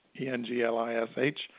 E-N-G-L-I-S-H